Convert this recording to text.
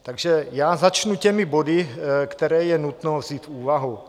Takže já začnu těmi body, které je nutno vzít v úvahu.